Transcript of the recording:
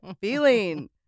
feeling